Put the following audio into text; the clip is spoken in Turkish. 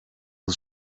yıl